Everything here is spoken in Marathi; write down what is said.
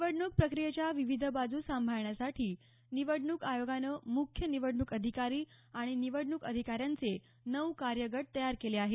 निवडणूक प्रक्रियेच्या विविध बाजू सांभाळण्यासाठी निवडणूक आयोगानं मुख्य निवडणूक अधिकारी आणि निवडणूक अधिकाऱ्यांचे नऊ कार्यगट तयार केले आहेत